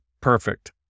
perfect